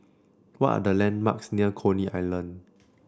what are the landmarks near Coney Island